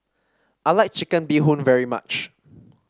I like Chicken Bee Hoon very much